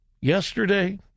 Yesterday